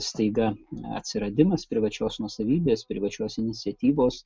staiga atsiradimas privačios nuosavybės privačios iniciatyvos